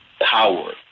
power